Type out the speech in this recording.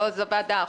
לא, זה לא ועדה.